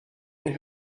een